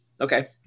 okay